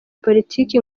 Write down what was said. politiki